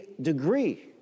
degree